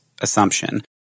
assumption